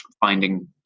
finding